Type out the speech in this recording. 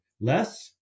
less